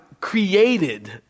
created